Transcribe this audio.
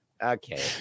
Okay